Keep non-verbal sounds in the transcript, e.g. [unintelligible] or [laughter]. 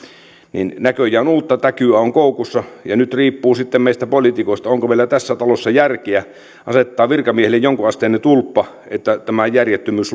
niin näköjään uutta täkyä on koukussa ja nyt riippuu sitten meistä politikoista onko meillä tässä talossa järkeä asettaa virkamiehille jonkunasteinen tulppa että tämä järjettömyys [unintelligible]